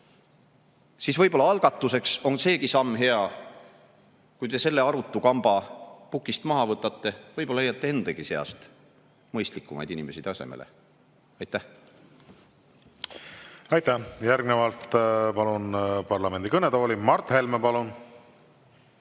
siis võib-olla algatuseks on seegi samm hea, kui te selle arutu kamba pukist maha võtate. Võib-olla leiate endagi seast mõistlikumaid inimesi asemele. Aitäh! Aitäh! Järgnevalt palun parlamendi kõnetooli Mart Helme. Palun!